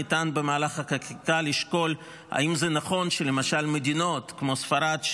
ניתן במהלך החקיקה לשקול אם זה נכון שלמשל מדינות כמו ספרד,